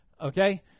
Okay